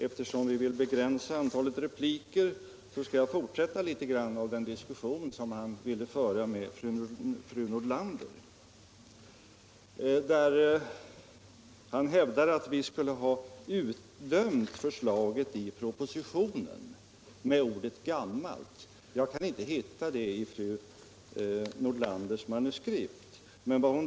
Eftersom vi vill begränsa antalet repliker skall jag fortsätta den diskussion herr Zachrisson ville föra med fru Nordlander. Herr Zachrisson hävdade att vi skulle ha utdömt förslaget i propositionen med ordet ”gammalt”. Jag kan inte hitta det omdömet i fru Nordlanders manuskript.